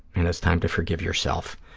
and it's time to forgive yourself.